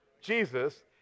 Jesus